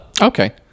Okay